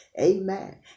amen